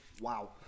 wow